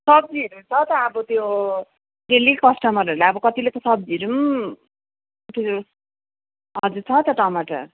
सब्जीहरू छ त अब त्यो डेली कस्टमरहरूले अब कतिले त सब्जीहरू पनि त्यो हजुर छ त टमाटर